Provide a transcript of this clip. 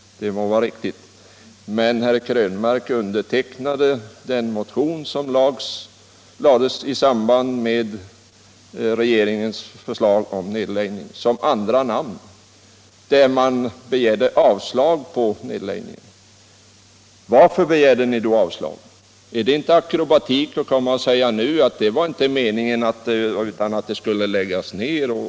Det må vara riktigt, men herr Krönmark står dock som andra namn på den motion som väcktes i samband med regeringens förslag om nedläggning. I den motionen begärdes avslag på nedläggningsförslaget. Varför begärde ni avslag? Är det inte akrobatik att nu säga att man menade något annat än att flottiljen skulle läggas ned?